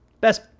best